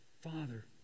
Father